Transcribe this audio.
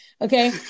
Okay